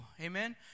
Amen